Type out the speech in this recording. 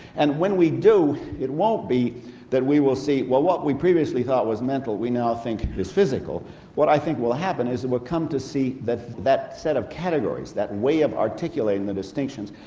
and when we do, it won't be that we will see what what we previously thought was mental we now think is physical what i think will happen is that we'll come to see that that set of categories, that way of articulating the distinctions,